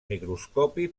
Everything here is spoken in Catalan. microscopi